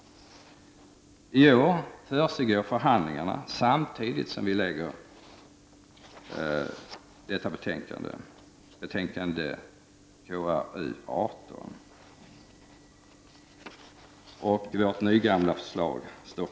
I år försiggår förhandlingarna samtidigt som betänkande KrU18 läggs fram. Vårt nygamla förslag kvarstår.